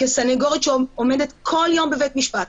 כסנגורית שעומדת בכל יום בבית משפט,